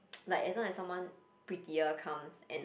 like as long as someone prettier comes and